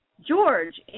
George